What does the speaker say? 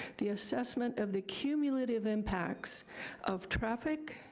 the assessment of the cumulative impacts of traffic,